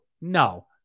no